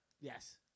Yes